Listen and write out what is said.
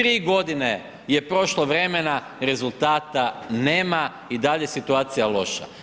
3 godine je prošlo vremena, rezultata nema i dalje je situacija loša.